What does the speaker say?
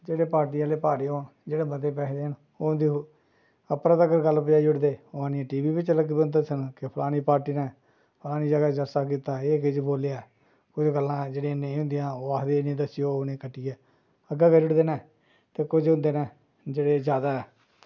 जेह्ड़े पार्टी आह्ले भारे होन जेह्ड़े मते पैहे देन उं'दी उप्पर तक्कर गल्ल पज़ाई ओड़दे उ'नेंगी टी वी बिच्च लगी पौंदे दस्सन कि फलानी पार्टी ने फलानी जगह् जलसा कीता एह् किश बोलेआ कोई गल्लां जेह्ड़ियां नेईं होंदियां ओह् आखदे एह् निं दस्सेओ इ'नेंगी घट्टियै अग्गें करी ओड़दे न ते कुछ होंदे न जेह्ड़े जादा